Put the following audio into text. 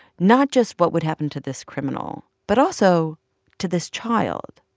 not just what would happen to this criminal, but also to this child.